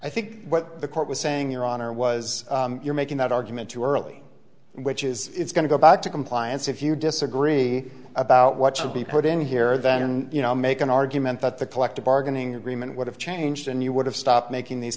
i think what the court was saying your honor was you're making that argument too early which is it's going to go back to compliance if you disagree about what should be put in here that and you know make an argument that the collective bargaining agreement would have changed and you would have stopped making these